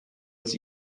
its